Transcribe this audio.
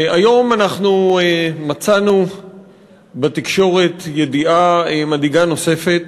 היום אנחנו מצאנו בתקשורת ידיעה מדאיגה נוספת